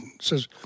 says